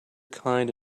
kind